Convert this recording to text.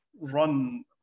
run